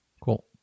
Cool